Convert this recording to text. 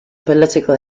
political